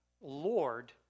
Lord